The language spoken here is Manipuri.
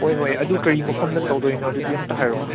ꯍꯣꯏ ꯍꯣꯏ ꯑꯗꯨ ꯀꯔꯤ ꯃꯐꯝꯗ ꯇꯧꯗꯣꯏꯅꯣ ꯑꯗꯨꯗꯤ ꯑꯝꯇ ꯍꯥꯏꯔꯛꯑꯣꯅ